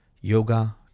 Yoga